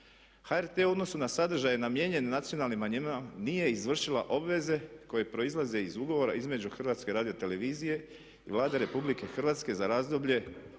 HRT u odnosu na sadržaje namijenjene nacionalnim manjinama nije izvršila obveze koje proizlaze iz ugovora između HRT-a i Vlade RH za razdoblje